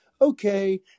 okay